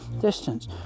distance